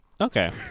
Okay